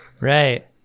Right